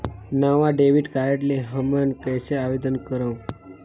नवा debit card ले हमन कइसे आवेदन करंव?